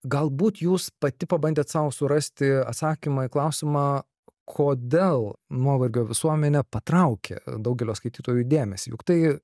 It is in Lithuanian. galbūt jūs pati pabandėt sau surasti atsakymą į klausimą kodėl nuovargio visuomenė patraukė daugelio skaitytojų dėmesį juk tai